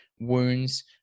wounds